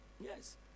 Yes